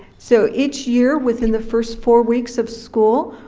so each year, within the first four weeks of school,